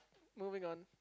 moving on